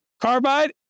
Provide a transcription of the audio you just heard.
Carbide